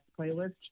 playlist